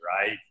Right